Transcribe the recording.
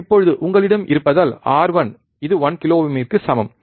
இப்போது உங்களிடம் இருப்பதால் R1 இது 1 கிலோ ஓமிற்கு சமம் சரி